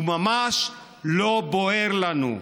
וממש לא בוער לנו.